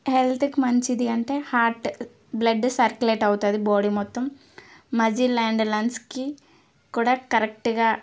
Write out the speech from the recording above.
హెల్త్కి మంచిది అంటే హార్ట్ బ్లడ్ సర్క్యులేట్ అవుతుంది బాడీ మొత్తం మజిల్ అండ్ లంగ్స్కి కూడా కరెక్ట్గా